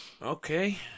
Okay